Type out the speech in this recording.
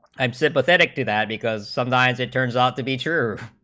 i'm sympathetic to that because sometimes it turns out to be sure